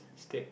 state